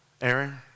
Aaron